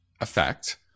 effect